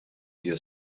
your